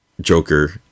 Joker